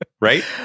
right